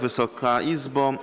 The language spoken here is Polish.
Wysoka Izbo!